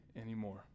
anymore